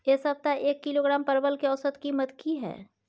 ऐ सप्ताह एक किलोग्राम परवल के औसत कीमत कि हय?